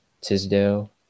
Tisdale